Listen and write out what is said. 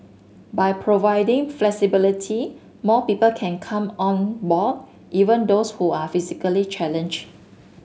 by providing flexibility more people can come on board even those who are physically challenge